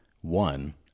One